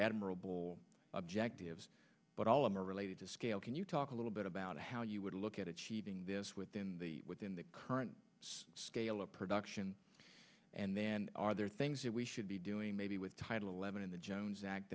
admirable objectives but all of a related to scale can you talk a little bit about how you would look at achieving this within the within the current scale of production and then are there things that we should be doing maybe with title eleven in the jones act